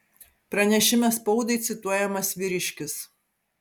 pranešime spaudai cituojamas vyriškis